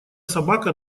собака